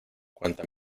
cuanta